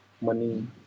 money